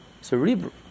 cerebral